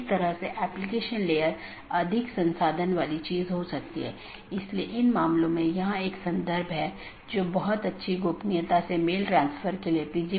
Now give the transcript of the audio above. उदाहरण के लिए एक BGP डिवाइस को इस प्रकार कॉन्फ़िगर किया जा सकता है कि एक मल्टी होम एक पारगमन अधिकार के रूप में कार्य करने से इनकार कर सके